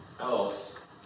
else